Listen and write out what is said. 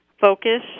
Focus